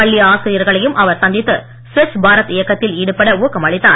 பள்ளி ஆசிரியர்களையும் அவர் சந்தித்து ஸ்வச் பாரத் இயக்கத்தில் ஈடுபட ஊக்கம் அளித்தார்